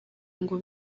ngo